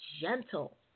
gentle